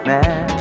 Man